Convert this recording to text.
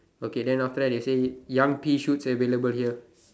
okay than after that they say young pea shoots available here